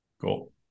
Cool